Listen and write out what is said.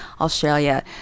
Australia